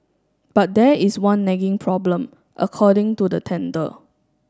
but there is one nagging problem according to the tender